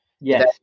Yes